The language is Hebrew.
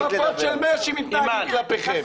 בכפפות של משי מתנהגים כלפיכם.